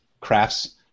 crafts